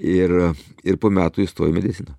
ir ir po metų įstojau į mediciną